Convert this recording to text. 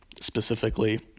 specifically